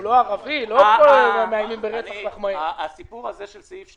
במקום "יוני עד ספטמבר 2020" יבוא "מאי עד ספטמבר 2020". מי מציע את זה?